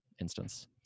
instance